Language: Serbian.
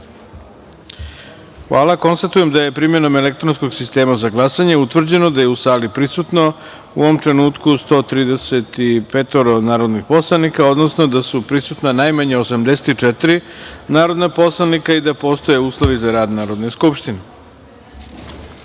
jedinice. Hvala. Konstatujem da je, primenom elektronskog sistema za glasanje, utvrđeno da je u sali prisutno, u ovom trenutku, 135 narodnih poslanik, odnosno da su prisutna najmanje 84 narodna poslanika i da postoje uslovi za rad Narodne